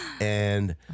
And-